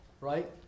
right